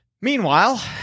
Meanwhile